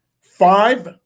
five